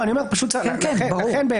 לכן,